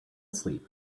asleep